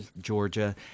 Georgia